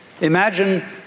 imagine